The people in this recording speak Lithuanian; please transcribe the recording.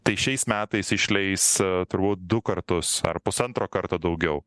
tai šiais metais išleis turbūt du kartus ar pusantro karto daugiau